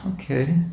Okay